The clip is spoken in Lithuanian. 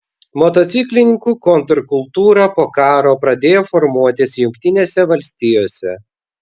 motociklininkų kontrkultūra po karo pradėjo formuotis jungtinėse valstijose